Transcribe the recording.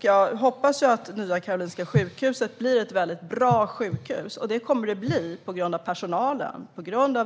Jag hoppas att Nya Karolinska sjukhuset blir ett väldigt bra sjukhus. Det kommer det att bli tack vare personalen -